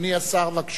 אדוני השר, בבקשה.